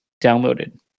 downloaded